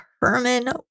Herman